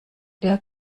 der